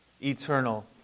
eternal